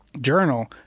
journal